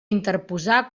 interposar